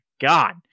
God